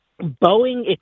Boeing